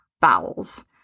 bowels